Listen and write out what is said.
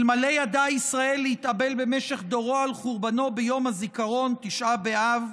אלמלא ידע ישראל להתאבל במשך דורות על חורבנו ביום הזיכרון" תשעה באב,